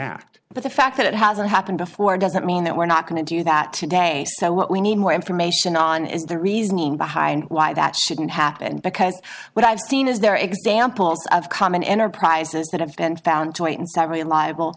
act but the fact that it hasn't happened before doesn't mean that we're not going to do that today so what we need more information on is the reasoning behind why that shouldn't happen because what i've seen is there are examples of common enterprises that have been found to have a liable